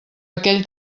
aquell